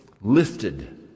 lifted